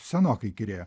senokai įkyrėjo